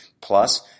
Plus